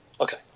Okay